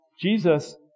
Jesus